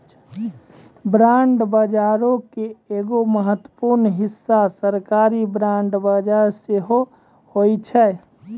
bond बजारो के एगो महत्वपूर्ण हिस्सा सरकारी बांड बजार सेहो होय छै